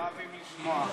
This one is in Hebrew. הם לא אוהבים לשמוע.